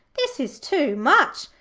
this is too much.